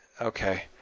Okay